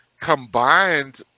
combined